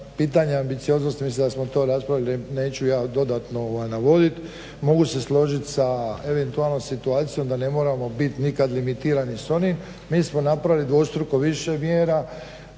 pitanje ambicioznosti mislim da smo to raspravili. Neću ja dodatno navoditi. Mogu se složiti sa eventualnom situacijom da ne moramo biti nikada limitirani s onim. Mi smo napravili dvostruko više mjera